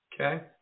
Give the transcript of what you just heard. Okay